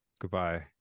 goodbye